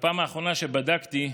בפעם האחרונה שבדקתי,